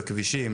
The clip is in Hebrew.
לכבישים,